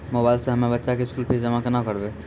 Mobile से हम्मय बच्चा के स्कूल फीस जमा केना करबै?